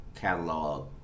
catalog